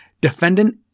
Defendant